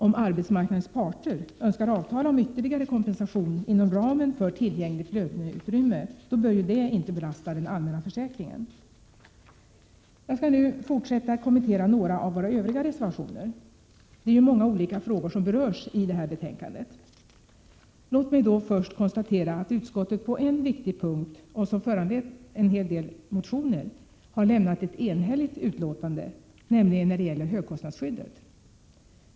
Om arbetsmarknadens parter önskar avtala om ytterligare kompensation inom ramen för tillgängligt löneutrymme bör detta inte 37 belasta den allmänna försäkringen. Jag skall fortsättningsvis kommentera några av våra övriga reservationer. Det är ju många olika frågor som berörs i det här betänkandet. Låt mig först konstatera att utskottet på en viktig punkt, där det väckts en hel del motioner, har lämnat ett enhälligt utlåtande, nämligen när det gäller högkostnadsskyddet.